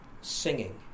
singing